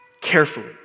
carefully